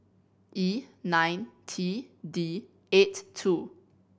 E nine T D eight two